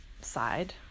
side